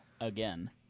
again